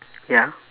ya